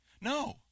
no